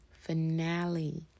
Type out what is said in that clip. finale